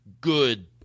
good